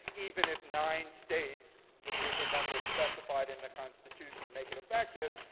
even if nine states, which was the number specified in the constitution to make it effective,